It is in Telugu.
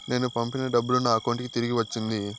నేను పంపిన డబ్బులు నా అకౌంటు కి తిరిగి వచ్చింది